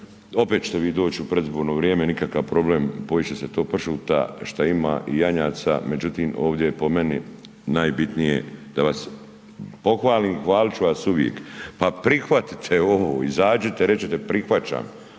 Opet ćete vi doći u predizborno vrijeme, nikakav problem, pojest će se to pršuta šta ima i janjaca, međutim ovdje je po meni najbitnije da vas pohvalim, hvalit ću vas uvijek pa prihvatite ovo, izađite, recite prihvaćam,